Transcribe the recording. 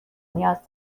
نیاز